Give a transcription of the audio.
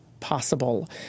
possible